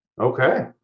Okay